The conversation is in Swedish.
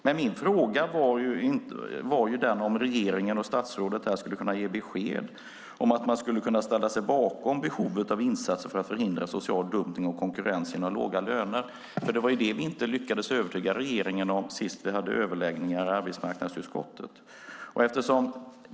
Min fråga var om regeringen och statsrådet skulle kunna ge besked om att man skulle kunna ställa sig bakom behovet av insatser för att förhindra social dumpning och konkurrens genom låga löner. Det var ju det vi inte lyckades övertyga regeringen om senast vi hade överläggningar i arbetsmarknadsutskottet.